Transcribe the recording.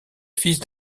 fils